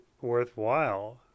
worthwhile